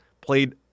played